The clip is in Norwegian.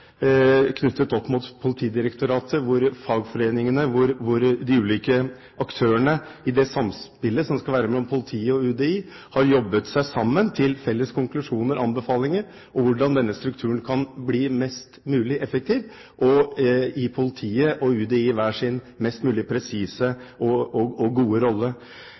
knyttet opp mot Politidirektoratet, hvor fagforeningene og de ulike aktørene i det samspillet som skal være mellom politiet og UDI, har jobbet seg fram til felles konklusjoner og anbefalinger – hvordan denne strukturen kan bli mest mulig effektiv og gi politiet og UDI hver sin mest mulig presise og gode rolle.